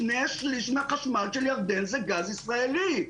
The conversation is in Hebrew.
שני שליש מהחשמל של ירדן זה גז ישראלי.